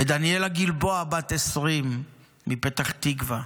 את דניאלה גלבוע, בת 20, מפתח תקווה,